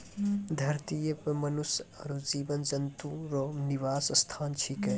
धरतीये पर मनुष्य आरु जीव जन्तु रो निवास स्थान छिकै